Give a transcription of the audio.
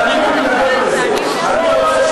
ואני מתנגד לזה.